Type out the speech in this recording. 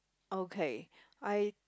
okay I